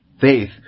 faith